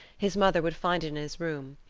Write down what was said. his mother would find it in his room,